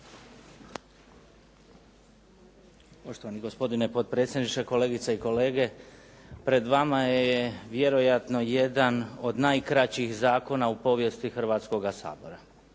Poštovani gospodine potpredsjedniče, kolegice i kolege. Pred vama je vjerojatno jedan od najkraćih zakona u povijesti Hrvatskoga sabora